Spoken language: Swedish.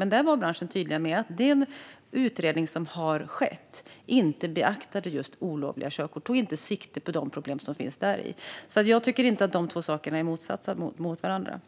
Men då var branschen tydlig med att den utredning som gjorts inte beaktade just olagliga körskolor och inte tog sikte på de problem som finns där, så jag tycker inte att de två sakerna står i motsats till varandra.